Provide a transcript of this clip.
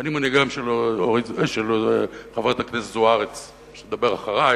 ואני מניח של חברת הכנסת זוארץ שתדבר אחרי,